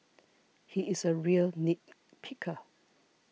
he is a real nit picker